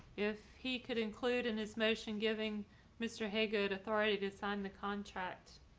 if he could include in his motion giving mr. hager authority to sign the contract,